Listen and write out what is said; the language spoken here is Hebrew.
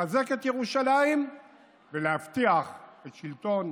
לחזק את ירושלים ולהבטיח את שלטון